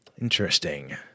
Interesting